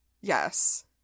Yes